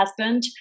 husband